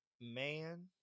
Man